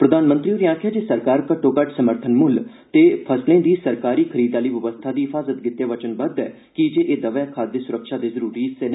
प्रधानमंत्री होरें आक्खेआ ऐ जे सरकार घट्टोघट्ट समर्थन मुल्ल ते फसलें दी सरकारी खरीद आहली बवस्था दी हिफाज़त गितै वचनबद्व ऐ कीजे एह् खाद्य सुरक्षा दे जरूरी हिस्से न